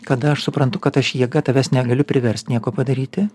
kada aš suprantu kad aš jėga tavęs negaliu priverst nieko padaryti